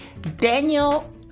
Daniel